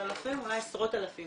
של אלפים ואולי עשרות אלפים,